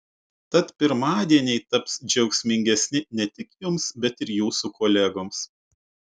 tad pirmadieniai taps džiaugsmingesni ne tik jums bet ir jūsų kolegoms